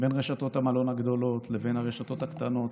בין רשתות המלון הגדולות לבין הרשתות הקטנות,